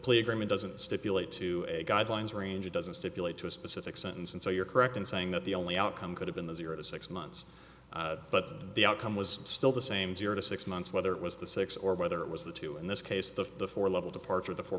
plea agreement doesn't stipulate to guidelines range it doesn't stipulate to a specific sentence and so you're correct in saying that the only outcome could have been the zero to six months but the outcome was still the same zero to six months whether it was the six or whether it was the two in this case the four level departure the four